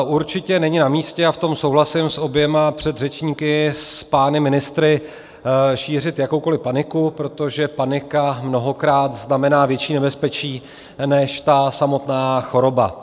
Určitě není namístě, a v tom souhlasím s oběma předřečníky, pány ministry, šířit jakoukoliv paniku, protože panika mnohokrát znamená větší nebezpečí než ta samotná choroba.